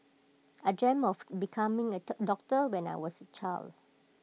I dreamt of becoming A dot doctor when I was A child